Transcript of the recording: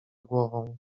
głową